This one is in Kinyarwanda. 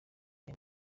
aya